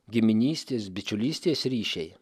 giminystės bičiulystės ryšiai